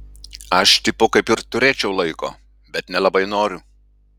aš tipo kaip ir turėčiau laiko bet nelabai noriu